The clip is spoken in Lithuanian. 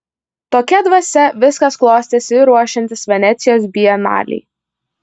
tokia dvasia viskas klostėsi ir ruošiantis venecijos bienalei